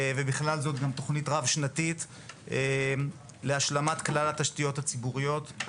ובכלל זאת גם תוכנית רב-שנתית להשלמת כלל התשתיות הציבוריות.